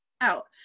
out